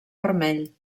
vermell